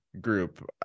group